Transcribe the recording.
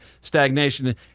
stagnation